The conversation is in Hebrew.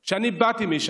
שאני באתי משם.